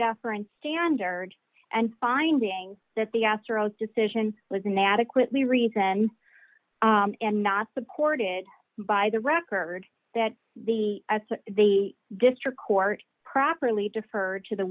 deference standard and finding that the astros decision was inadequately reason and not supported by the record that the the district court properly